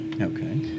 Okay